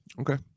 Okay